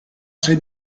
sei